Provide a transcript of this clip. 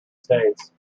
states